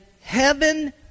heaven